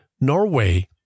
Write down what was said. Norway